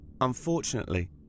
Unfortunately